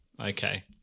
Okay